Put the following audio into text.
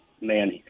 man